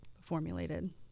formulated